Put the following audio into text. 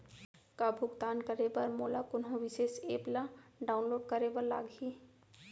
का भुगतान करे बर मोला कोनो विशेष एप ला डाऊनलोड करे बर लागही